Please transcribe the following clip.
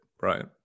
right